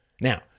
Now